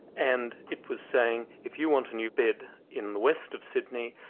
and it was saying, if you want a new bed in the west of sydney,